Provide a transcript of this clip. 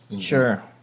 Sure